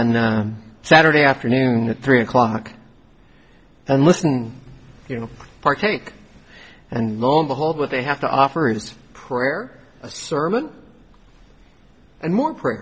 on saturday afternoon at three o'clock and listen you know partake and lo and behold what they have to offer his prayer a sermon